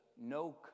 no